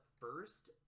first